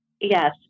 Yes